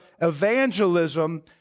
evangelism